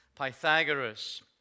Pythagoras